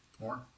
More